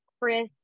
chris